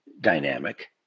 dynamic